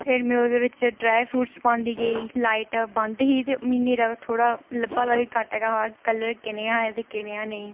ते फिर में ओह्दे बिच ड्राई फ्रूट्स पांदी गेई लाईट बंद ही ते मिगी न्हेरै थोह्ड़ा लब्भा दा बी घट्ट हा कल्लर कनेहा हा ते कनेहा नेईं